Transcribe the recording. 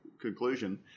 conclusion